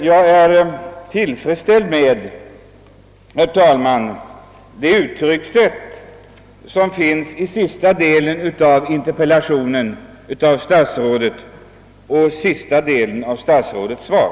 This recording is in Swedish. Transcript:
Jag är tillfredsställd med det uttryckssätt som finns i sista delen av interpellationen och sista delen av statsrådets svar.